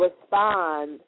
respond